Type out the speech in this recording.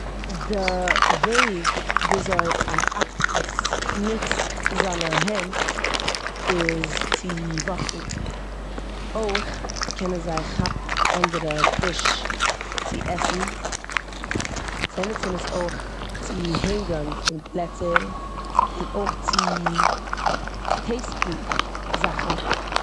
די וועג וויאזוי א אקטופטס נוצט זיינע הענט איז צו וואקן. אויך קענען זיי כאפן אנדערע פיש צו עסן. זיי נוצן עס אויך צו הענגען פון פלעצער און אויך צו טעיסטן זאכן.